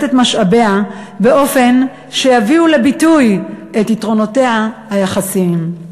את משאביה כך שיביאו לביטוי את יתרונותיה היחסיים.